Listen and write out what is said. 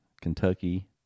Kentucky